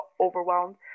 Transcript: overwhelmed